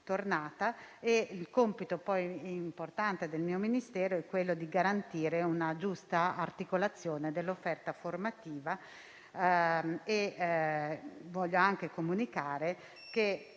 Il compito importante del mio Ministero è poi quello di garantire una giusta articolazione dell'offerta formativa. Voglio anche comunicare che